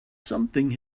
something